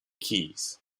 keys